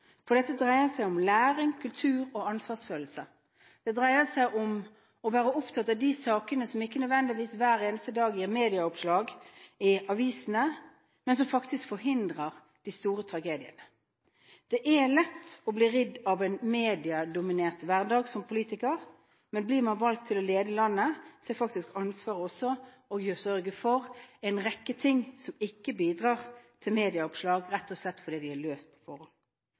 Dette dreier seg om læring, kultur og ansvarsfølelse. Det dreier seg om å være opptatt av de sakene som ikke hver eneste dag nødvendigvis gir medieoppslag i avisene, men som faktisk forhindrer de store tragediene. Det er som politiker lett å bli ridd av en mediedominert hverdag. Men blir man valgt til å lede landet, er faktisk ansvaret også å sørge for at en rekke ting ikke bidrar til medieoppslag, rett og slett fordi de er løst på forhånd.